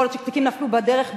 יכול להיות שתיקים נפלו בדרך בשוגג,